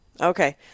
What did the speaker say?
Okay